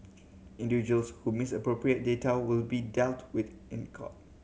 individuals who misappropriate data will be dealt with in court